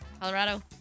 Colorado